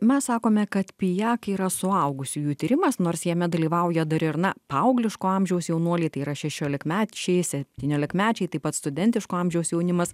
mes sakome kad pijak yra suaugusiųjų tyrimas nors jame dalyvauja dar ir na paaugliško amžiaus jaunuoliai tai yra šešiolikmečiai septyniolikmečiai taip pat studentiško amžiaus jaunimas